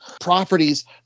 properties